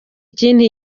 ikindi